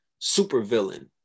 supervillain